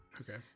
Okay